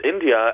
India